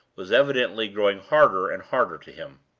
was evidently growing harder and harder to him.